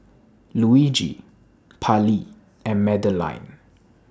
Luigi Pallie and Madeleine